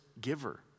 giver